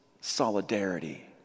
solidarity